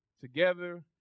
together